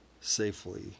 Safely